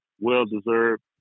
well-deserved